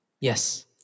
Yes